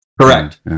Correct